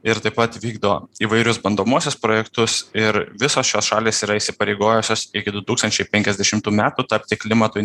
ir taip pat vykdo įvairius bandomuosius projektus ir visos šios šalys yra pareigojusios iki du tūkstančiai penkiasdešimtų metų tapti klimatui